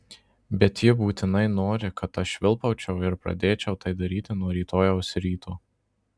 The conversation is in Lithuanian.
bet ji būtinai nori kad aš švilpaučiau ir pradėčiau tai daryti nuo rytojaus ryto